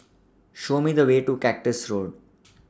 Show Me The Way to Cactus Road